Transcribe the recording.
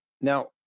Now